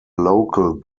local